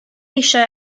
eisiau